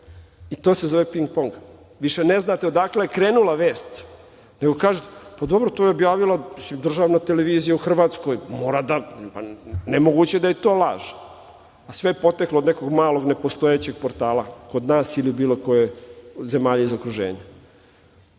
To se zove ping-pong. Više ne znate odakle je krenula vest, nego kažete, pa dobro to je objavila, mislim, državna televizija u Hrvatskoj, mora da, ne moguće da je to laž, a sve je poteklo od nekog malog nepostojećeg portala kod nas ili bilo koje zemlje iz okruženja. Mi